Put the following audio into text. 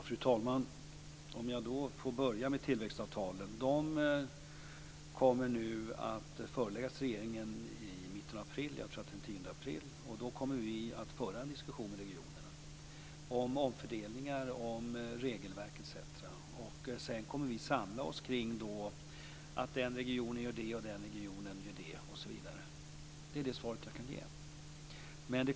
Fru talman! Om jag får börja med tillväxtavtalen kan jag säga att de kommer att föreläggas regeringen i mitten av april - jag tror att det är den 10 april - och då kommer vi att föra en diskussion med regionerna om omfördelningar, regelverk etc. Sedan kommer vi att samla oss kring en formulering om att en region gör det ena och en annan region det andra, osv. Det är det svaret jag kan ge.